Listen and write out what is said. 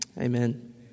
Amen